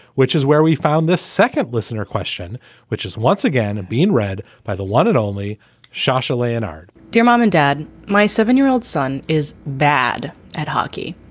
which is where we found this second listener question which has once again been read by the one and only shasha leonhard dear mom and dad, my seven year old son is bad at hockey.